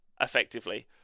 effectively